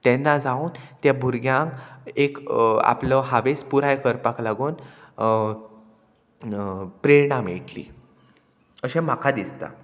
तेन्ना जावन त्या भुरग्यांक एक आपलो हावेस पुराय करपाक लागून प्रेरणा मेळटली अशें म्हाका दिसता